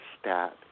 stat